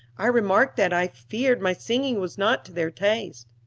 i remarked that i feared my singing was not to their taste.